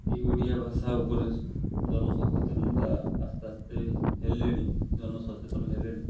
ଏଇ ଓଡ଼ିଆ ଭାଷା ଉପରେ ଜନସଚେତନତା ଆସ୍ତେ ଆସ୍ତେ ହେଲେଣି ଜନସଚେତନ ହେଲେଣି